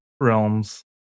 realms